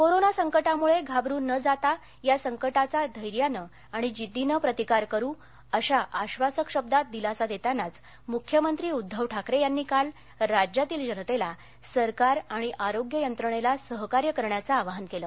corona संकटामुळे घाबरून न जाता या संकटाचा धैर्यानं आणि जिद्दीनं प्रतिकार करू अशा आधासक शब्दात दिलासा देतानाच मुख्यमंत्री उद्दव ठाकरे यांनी काल राज्यातील जनतेला सरकार आणि आरोग्य यंत्रणेला सहकार्य करण्याचं आवाहन केलं